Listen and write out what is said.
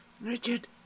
Richard